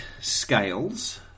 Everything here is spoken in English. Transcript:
scales